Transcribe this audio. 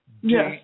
Yes